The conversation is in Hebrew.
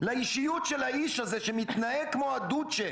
לאישיות של האיש הזה שמתנהג כמו הדוצ'ה